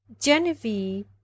genevieve